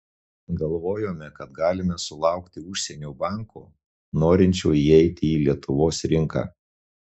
galvojome kad galime sulaukti užsienio banko norinčio įeiti į lietuvos rinką